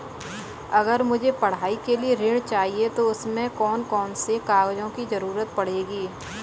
अगर मुझे पढ़ाई के लिए ऋण चाहिए तो उसमें कौन कौन से कागजों की जरूरत पड़ेगी?